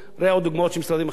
ראה עוד דוגמאות של משרדים אחרים,